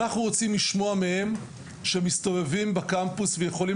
אנחנו רוצים לשמוע מהם שהם מסתובבים בקמפוס ויכולים